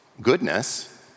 goodness